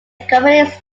accompanies